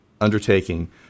undertaking